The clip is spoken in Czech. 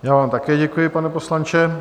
Já vám také děkuji, pane poslanče.